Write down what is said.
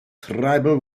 tribal